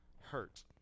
hurt